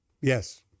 Yes